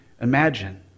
imagine